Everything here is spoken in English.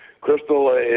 crystal